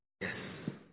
yes